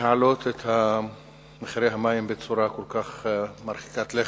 להעלות את מחירי המים בצורה כל כך מרחיקת לכת.